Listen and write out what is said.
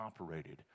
operated